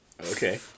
Okay